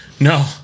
No